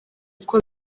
uko